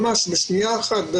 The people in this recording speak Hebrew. ממש בשנייה אחת,